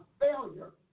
failure